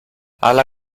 alla